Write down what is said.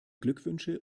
glückwünsche